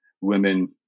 women